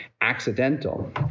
accidental